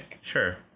Sure